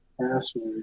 Password